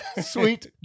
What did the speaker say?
Sweet